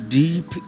deep